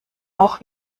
auch